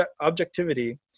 objectivity